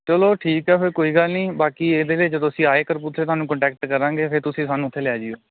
ਚਲੋ ਠੀਕ ਆ ਫਿਰ ਕੋਈ ਗੱਲ ਨਹੀਂ ਬਾਕੀ ਇਹਦੇ ਤੇ ਜਦੋਂ ਅਸੀਂ ਆਏ ਕਪੂਰਥਲੇ ਤੁਹਾਨੂੰ ਕੋਂਟੈਕਟ ਕਰਾਂਗੇ ਫਿਰ ਤੁਸੀਂ ਸਾਨੂੰ ਉੱਥੇ ਲੈ ਜਾਇਓ